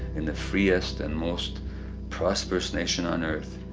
in the freest and most prosperous nation on earth?